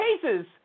cases